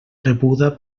rebuda